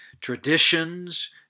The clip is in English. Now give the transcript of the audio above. traditions